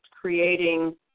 creating